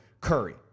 Curry